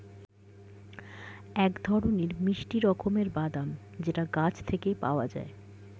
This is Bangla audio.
এক ধরনের মিষ্টি রকমের বাদাম যেটা গাছ থেকে পাওয়া যায়